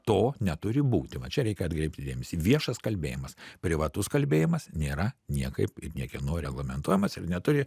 to neturi būti va čia reikia atkreipti dėmesį viešas kalbėjimas privatus kalbėjimas nėra niekaip ir niekieno reglamentuojamas ir neturi